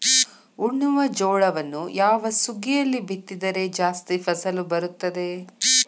ಉಣ್ಣುವ ಜೋಳವನ್ನು ಯಾವ ಸುಗ್ಗಿಯಲ್ಲಿ ಬಿತ್ತಿದರೆ ಜಾಸ್ತಿ ಫಸಲು ಬರುತ್ತದೆ?